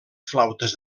flautes